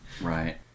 Right